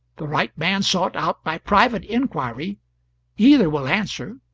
the right man sought out by private inquiry either will answer.